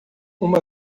uma